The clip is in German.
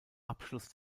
abschluss